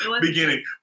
beginning